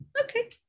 okay